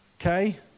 Okay